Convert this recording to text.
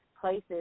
places